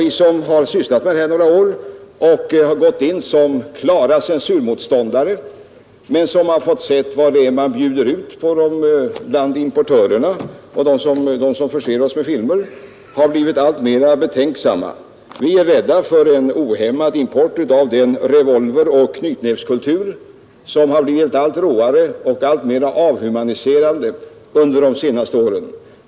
Vi som har sysslat med detta några år och som från början var klara censurmotståndare har blivit alltmer betänksamma sedan vi har fått se vad importörerna och de som förser oss med filmer bjuder ut. Vi är rädda för en ohämmad import av den revolveroch knytnävskultur som har blivit råare och alltmer avhumaniserande under de senaste åren.